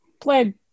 played